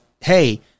hey